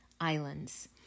islands